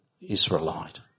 Israelite